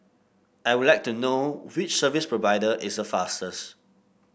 I would like to know which service provider is the fastest